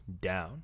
down